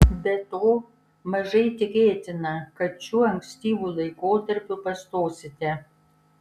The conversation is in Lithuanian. be to mažai tikėtina kad šiuo ankstyvu laikotarpiu pastosite